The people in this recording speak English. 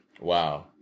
Wow